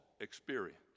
experience